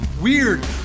weird